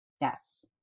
Yes